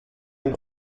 ein